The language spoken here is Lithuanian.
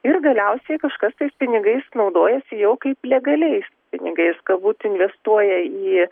ir galiausiai kažkas pinigais naudojasi jau kaip legaliais pinigais galbūt investuoja į